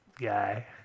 guy